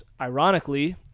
ironically